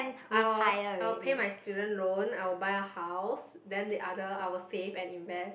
I'll I'll pay my student loan I'll buy a house and the other I'll save and invest